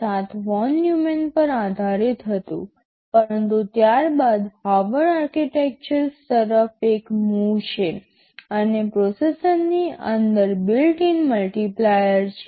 ARM7 von Neumann પર આધારિત હતું પરંતુ ત્યારબાદ હાર્વર્ડ આર્કિટેક્ચર્સ તરફ એક મૂવ છે અને પ્રોસેસરની અંદર બિલ્ટ ઇન મલ્ટીપ્લાયર છે